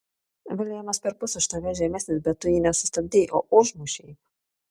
viljamas perpus už tave žemesnis bet tu jį ne sustabdei o užmušei